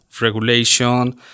regulation